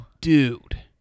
Dude